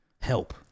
help